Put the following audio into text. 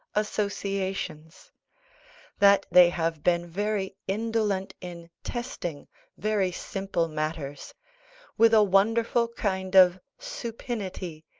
associations that they have been very indolent in testing very simple matters with a wonderful kind of supinity,